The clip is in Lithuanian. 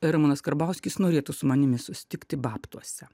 ramūnas karbauskis norėtų su manimi susitikti babtuose